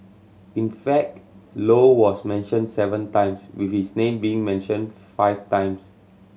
in fact Low was mentioned seven times with his name being mentioned five times